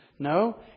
No